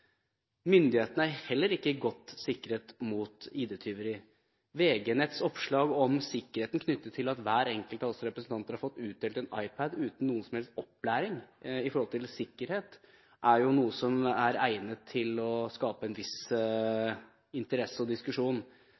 Myndighetene er heller ikke godt sikret mot ID-tyveri. VG Netts oppslag knyttet til at hver enkelt av oss representanter har fått utdelt en iPad uten noen som helst opplæring om sikkerhet, er noe som er egnet til å skape en viss interesse og diskusjon.